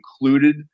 included